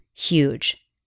huge